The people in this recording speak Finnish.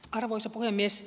arvoisa puhemies